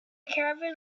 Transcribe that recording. caravan